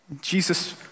Jesus